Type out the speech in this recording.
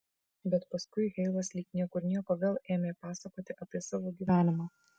bet paskui heilas lyg niekur nieko vėl ėmė pasakoti apie savo gyvenimą